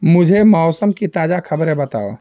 मुझे मौसम की ताज़ा खबरें बताओ